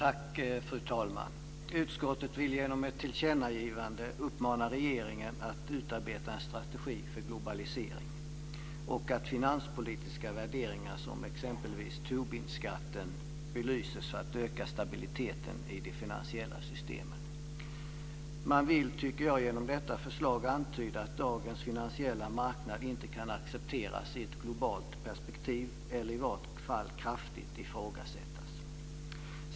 Fru talman! Utskottet vill genom ett tillkännagivande uppmana regeringen att utarbeta en strategi för globalisering samt att finanspolitiska värderingar - det gäller t.ex. beträffande Tobinskatten - belyses för att öka stabiliteten i de finansiella systemen. Genom detta förslag vill man, menar jag, antyda att dagens finansiella marknad inte kan accepteras i ett globalt perspektiv - i varje fall ifrågasätts den kraftigt.